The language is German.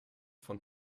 von